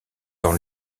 dans